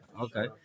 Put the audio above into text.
Okay